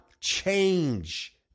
change